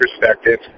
perspective